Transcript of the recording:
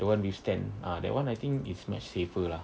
the [one] with stand ah that [one] I think is much safer lah